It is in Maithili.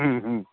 ह्म्म ह्म्म